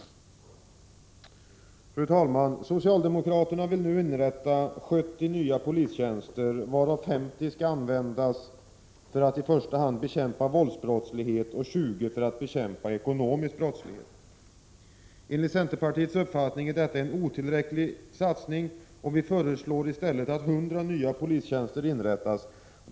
Fru talman! Socialdemokraterna vill nu inrätta 70 nya polistjänster, varav 50 i första hand skall användas för att bekämpa våldsbrottslighet och 20 för att bekämpa ekonomisk brottslighet. Enligt centerpartiets uppfattning är detta en otillräcklig satsning, och vi föreslår i stället att 100 nya polistjänster inrättas.